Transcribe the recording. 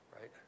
right